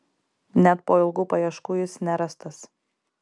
net po ilgų paieškų jis nerastas